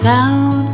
Down